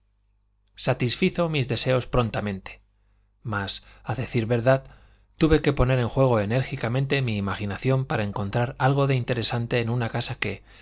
satisfizo mis deseos prontamente mas a decir verdad tuve que poner en juego enérgicamente mi imaginación para encontrar algo de interesante en una casa que